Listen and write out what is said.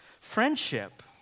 Friendship